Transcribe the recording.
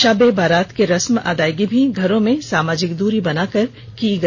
शब ए बारात की रस्म अदायगी भी घरों में सामाजिक दूरी बनाकर किया गया